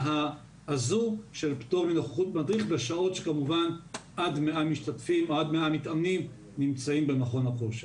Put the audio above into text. הזו של פטור מנוכחות מדריך עד 100 מתאמנים שנמצאים במכון הכושר.